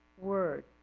word